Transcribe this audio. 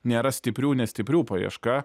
nėra stiprių nestiprių paieška